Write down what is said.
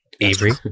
Avery